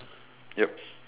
yup